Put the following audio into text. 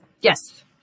Yes